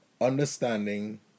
understanding